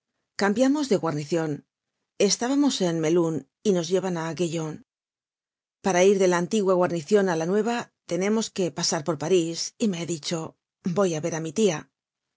cambiamos de guarnicion estábamos en melun y nos llevan á gaillon para ir de la antigua guarnicion á la nueva tenemos que pasar por parís y me he dicho voy á ver á mi tia